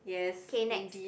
okay next